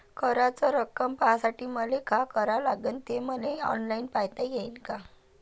कराच रक्कम पाहासाठी मले का करावं लागन, ते मले ऑनलाईन पायता येईन का?